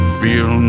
feel